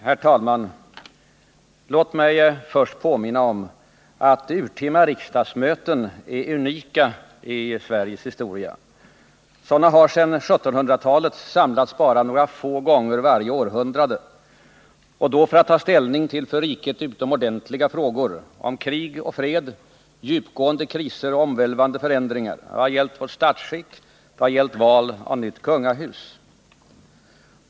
Herr talman! Låt mig först påminna om att urtima riksdagsmöten är unika i Sveriges historia. Sådana har sedan 1700-talet samlats bara några få gånger varje århundrade och då för att ta ställning till för riket utomordentliga frågor: om krig och fred, djupgående kriser och omvälvande förändringar. Det har gällt vårt statsskick. Det har gällt val av nytt kungahus.